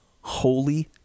Holy